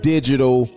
Digital